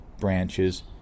branches